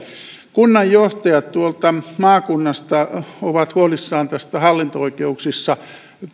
kunnanjohtajat tuolta maakunnista ovat huolissaan asioiden venymisestä hallinto oikeuksissa